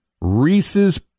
Reese's